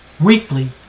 weekly